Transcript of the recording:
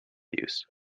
use